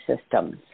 systems